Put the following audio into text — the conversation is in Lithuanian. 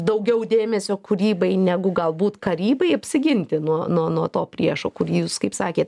daugiau dėmesio kūrybai negu galbūt karybai apsiginti nuo nuo nuo to priešo kurį jūs kaip sakėt